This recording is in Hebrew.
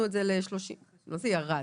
מה זה ירד?